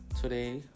today